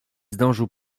zdążył